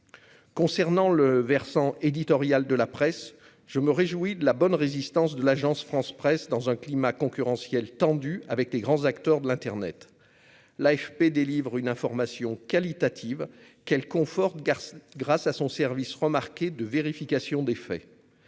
concernant le versant éditoriale de la presse, je me réjouis de la bonne résistance de l'Agence France-Presse dans un climat concurrentiel tendu avec les grands acteurs de l'Internet, l'AFP délivre une information qualitative qu'conforte garçon grâce à son service remarqué de vérification des faits